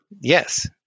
Yes